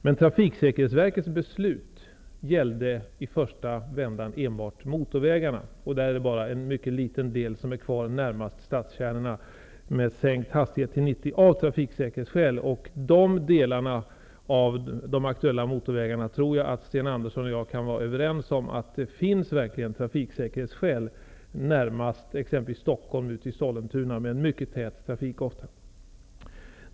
Men Trafiksäkerhetsverkets beslut gällde i första vändan enbart motorvägarna. Endast några få av dem nära stadskärnorna har av trafiksäkerhetsskäl fått sänkta hastighetsgränser till 90 km/tim. Jag tror att både Sten Andersson och jag kan vara överens om att det på de delarna av de aktuella motorvägarna verkligen finns trafiksäkerhetsskäl. Det gäller närmast Stockholm i t.ex Sollentuna, där det ofta är mycket tät trafik.